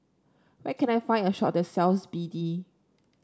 where can I find a shop that sells B D